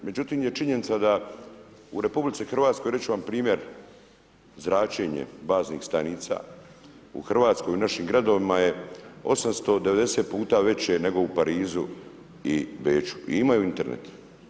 Međutim je činjenica da u RH, reći ću vam primjer zračenje baznih stanica u Hrvatskoj u našim gradovima je 890 puta veće nego u Parizu i Beču i imaju Internet.